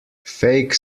fake